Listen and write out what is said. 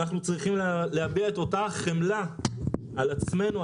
אנחנו צריכים להביע את אותה החמלה על עצמנו,